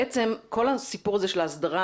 בעצם כל הסיפור הזה של ההסדרה,